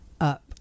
up